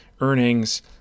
earnings